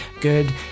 good